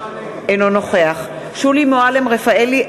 אינו נוכח שולי מועלם-רפאלי,